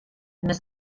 més